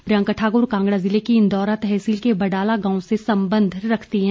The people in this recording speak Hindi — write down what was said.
प्रियंका ठाकुर कांगड़ा ज़िले की इंदौरा तहसील के वडाला गांव से संबंध रखती हैं